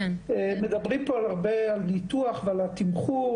מדברים פה הרבה על ניתוח ועל התמחור.